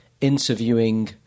interviewing